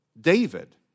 David